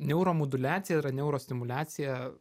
neuromoduliacija yra neurostimuliacija